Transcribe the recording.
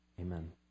Amen